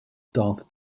darth